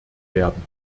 werden